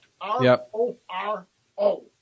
R-O-R-O